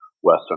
Western